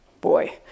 boy